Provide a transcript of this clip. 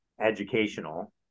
educational